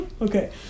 Okay